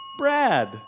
Brad